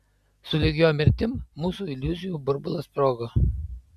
sulig jo mirtim mūsų iliuzijų burbulas sprogo